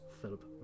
Philip